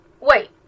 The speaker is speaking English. Wait